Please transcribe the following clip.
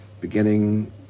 beginning